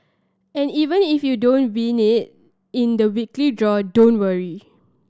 and even if you don't win knee in the weekly draw don't worry